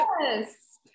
Yes